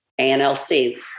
ANLC